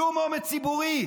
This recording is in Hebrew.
שום אומץ ציבורי.